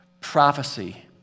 prophecy